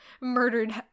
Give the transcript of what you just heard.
murdered